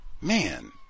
Man